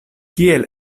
kiel